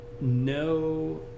no